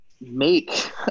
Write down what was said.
make